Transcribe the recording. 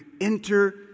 enter